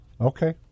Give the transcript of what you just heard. Okay